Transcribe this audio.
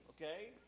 okay